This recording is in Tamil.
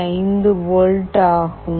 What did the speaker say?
5 வோல்ட் ஆகும்